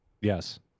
Yes